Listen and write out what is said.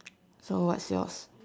so what's yours